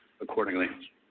accordingly